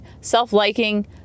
self-liking